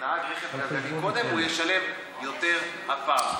נהג רכב גלגלי קודם, הוא ישלם יותר הפעם.